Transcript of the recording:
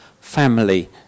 family